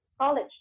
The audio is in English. college